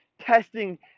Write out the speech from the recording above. testing